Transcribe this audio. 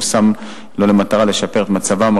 הוא שם לו למטרה לשפר את מצבם,